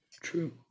true